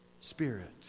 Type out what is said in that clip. spirit